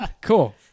cool